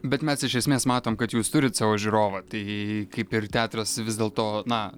bet mes iš esmės matom kad jūs turit savo žiūrovą tai kaip ir teatras vis dėlto na